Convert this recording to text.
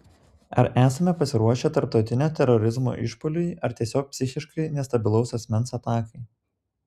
ar esame pasiruošę tarptautinio terorizmo išpuoliui ar tiesiog psichiškai nestabilaus asmens atakai